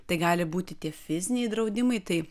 tai gali būti tie fiziniai draudimai tai